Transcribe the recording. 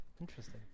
Interesting